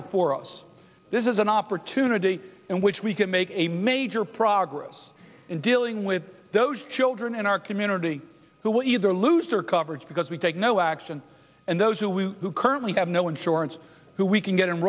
before us this is an opportunity and which we can make a major progress in dealing with those children in our community who will either lose their coverage because we take no action and those who we who currently have no insurance who we can get